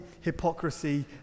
hypocrisy